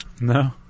No